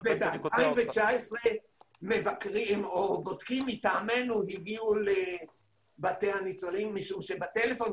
ב-2019 מבקרים או בודקים מטעמנו הגיעו לבתי הניצולים משום שבטלפון,